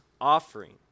offering